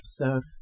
episode